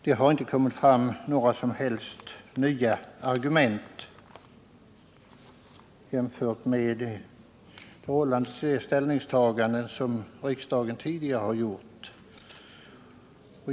Det har inte kommit fram några som helst nya argument utöver dem som anförts vid de ställningstaganden som riksdagen tidigare har gjort.